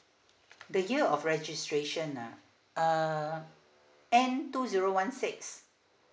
the year of registration ah uh end two zero one six